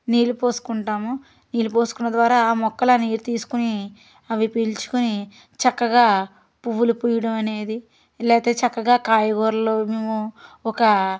నీళ్ళు పోసుకుంటాము నీళ్ళు పోసుకున్న ద్వారా ఆ మొక్కలు అనేవి తీసుకొని అవి పీల్చుకొని చక్కగా పువ్వులు పూయడం అనేది లేకపోతే చక్కగా కాయగూరలు మేము ఒక